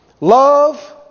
Love